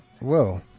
Whoa